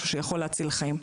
זה משהו שיכול להציל חיים.